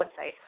website